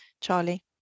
Charlie